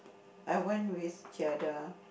I went with